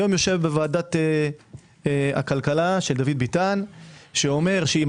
היום יושב בוועדת הכלכלה של דוד ביטן שאומר שאם